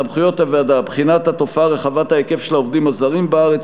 סמכויות הוועדה: 1. בחינת התופעה רחבת ההיקף של העובדים הזרים בארץ,